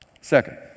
Second